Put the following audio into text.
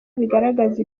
bigaragaza